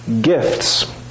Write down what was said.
gifts